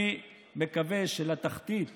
אני מקווה שלתחתית